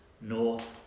North